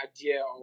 idea